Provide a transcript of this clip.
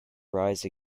rise